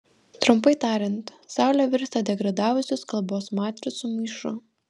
trumpai tariant saulė virsta degradavusios kalbos matricų maišu